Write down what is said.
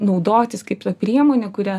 naudotis kaip ta priemone kuria